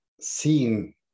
seen